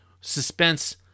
Suspense